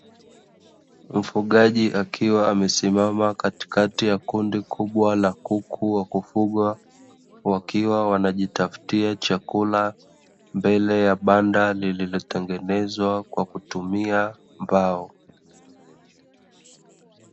Mfugaji akiwa amesimama katikati ya kundi kubwa la kuku wa kufugwa, wakiwa wanajitafutia chakula mbele ya banda lililotengenezwa kwa kutumia mbao.